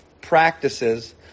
practices